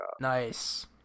Nice